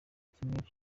kimwe